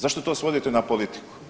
Zašto to svodite na politiku?